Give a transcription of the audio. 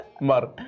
Mar